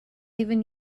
even